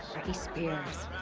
britney spears.